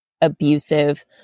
abusive